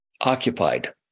Occupied